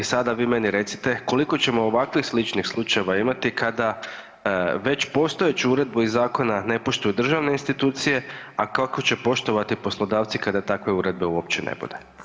I sada vi meni recite koliko ćemo ovakvih sličnih slučajeva imati kada već postojeću uredbu iz zakona ne poštuju državne institucije, a kako će poštovati poslodavci kada takve uredbe uopće ne bude?